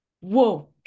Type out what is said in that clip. Whoa